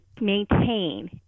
maintain